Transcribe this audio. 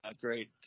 great